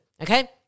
Okay